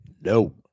No